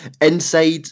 inside